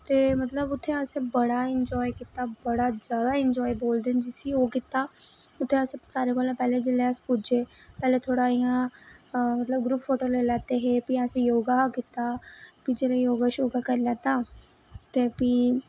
ते मतलब उत्थै असें बड़ा इन्जाय कीता बड़ा ज्यादा बोलदे न जिसी ओह् कीता उत्थै अस सारें कोला पैह्लैं जिसलै अस पुज्जे पैह्लैं इयां थोह्ड़ा ग्रुप फोटो लेई लैते फ्ही असें योगा कीता प्ही जिसलै योगा शोगा करी लैताते फ्ही